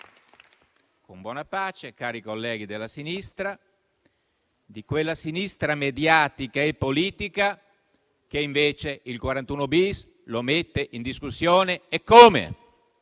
con buona pace, cari colleghi della sinistra, di quella sinistra mediatica e politica che, invece, il 41-*bis* lo mette in discussione. Eccome!